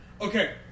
Okay